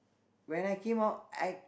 when I came out I